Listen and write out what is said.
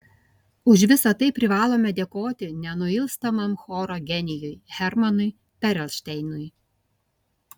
už visa tai privalome dėkoti nenuilstamam choro genijui hermanui perelšteinui